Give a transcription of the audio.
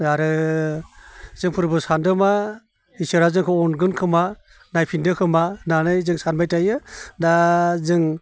आरो जोंफोरबो सानदोंमा इसोरा जोंखौ अनगोनखोमा नायफिनदों खोमा होननानै जों सानबाय थायो दा जों